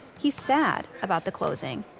he's sad about the closing,